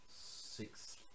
six